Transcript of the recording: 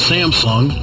Samsung